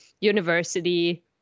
university